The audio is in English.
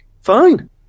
Fine